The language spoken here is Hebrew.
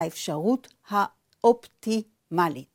‫האפשרות האופטימלית.